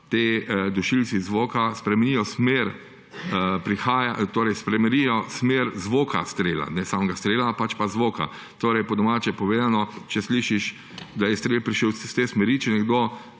ti dušilci zvoka spremenijo smer zvoka strela, ne samega strela, pač pa zvoka. Po domače povedano, če slišiš, da je strel prišel iz te smeri, če nekdo